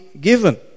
given